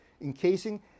encasing